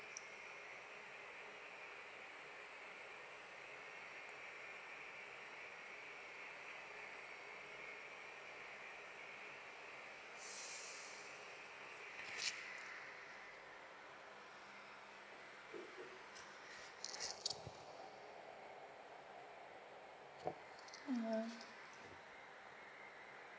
mm